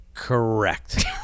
Correct